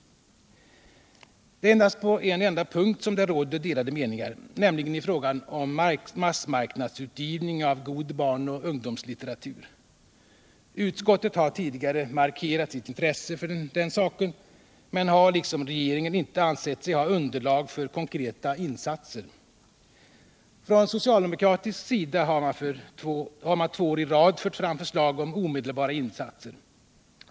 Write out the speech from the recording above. Det är endast på en enda punkt som det råder delade meningar, nämligen i fråga om massmarknadsutgivningar av god barn och ungdomslitteratur. Utskottet har tidigare markerat sitt intresse för den saken. Den har liksom regeringen inte ansett sig ha underlag för konkreta insatser. Från socialdemokratisk sida har man två år i rad fört fram krav på omedelbara insatser.